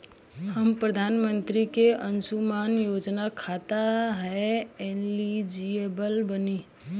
हम प्रधानमंत्री के अंशुमान योजना खाते हैं एलिजिबल बनी?